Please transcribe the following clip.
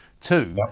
Two